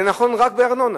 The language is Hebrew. זה נכון רק בארנונה.